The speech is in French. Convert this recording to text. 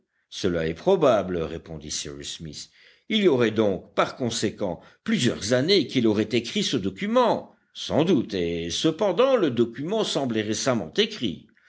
cela est probable répondit cyrus smith il y aurait donc par conséquent plusieurs années qu'il aurait écrit ce document sans doute et cependant le document semblait récemment écrit